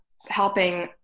helping